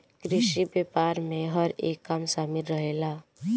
कृषि व्यापार में हर एक काम शामिल रहेला